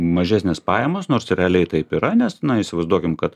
mažesnes pajamas nors realiai taip yra nes na įsivaizduokim kad